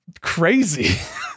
Crazy